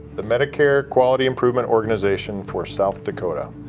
the medicare quality improvement organization for south dakota.